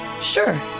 sure